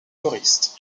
choriste